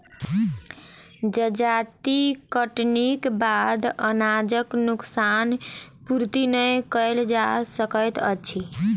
जजाति कटनीक बाद अनाजक नोकसान पूर्ति नै कयल जा सकैत अछि